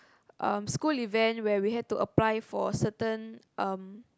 um school event where we had to apply for certain um